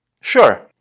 Sure